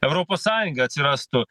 europos sąjunga atsirastų